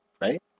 right